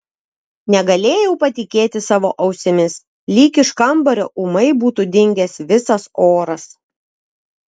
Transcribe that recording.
negalėjau patikėti savo ausimis lyg iš kambario ūmai būtų dingęs visas oras